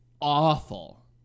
awful